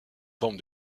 forme